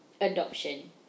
adoption